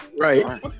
Right